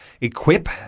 equip